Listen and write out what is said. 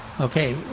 Okay